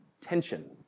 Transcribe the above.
tension